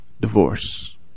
divorce